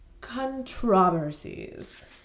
controversies